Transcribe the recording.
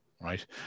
right